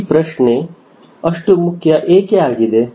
ಈ ಪ್ರಶ್ನೆ ಅಷ್ಟು ಮುಖ್ಯ ಏಕೆ ಆಗಿದೆ